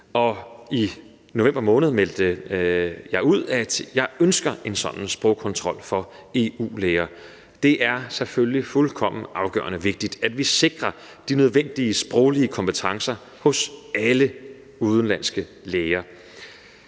I november meldte jeg ud, at jeg ønsker en sådan sprogkontrol for EU-læger. Det er selvfølgelig fuldkommen afgørende vigtigt, at vi sikrer de nødvendige sproglige kompetencer hos alle udenlandske læger.